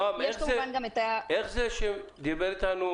נעם, דיבר אתנו